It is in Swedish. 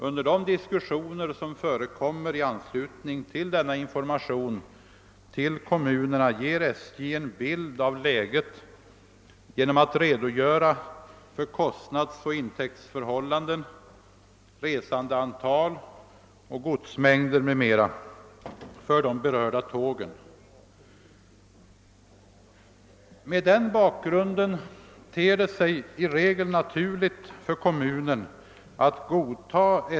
Under de diskussioner som förekommer i anslutning till denna information till kommunerna ger SJ en bild av läget genom att redogöra för kostnadsoch intäktsförhållanden, resandeantal och godsmängder m.m. för de berörda tågen.